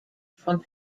from